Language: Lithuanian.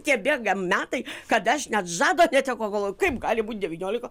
tie bėga metai kad aš net žado netekau galvoju kaip gali būt devyniolika